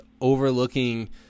overlooking –